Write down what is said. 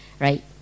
right